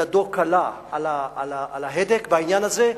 ידו קלה על ההדק בעניין הזה.